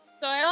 soil